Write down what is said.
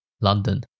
London